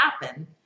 happen